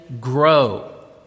grow